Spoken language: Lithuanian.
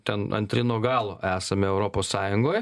ten antri nuo galo esame europos sąjungoj